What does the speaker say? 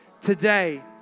Today